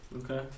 Okay